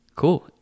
cool